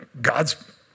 God's